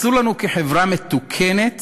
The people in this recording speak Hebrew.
כחברה מתוקנת